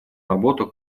работу